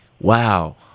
Wow